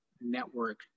network